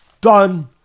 done